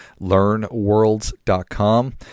learnworlds.com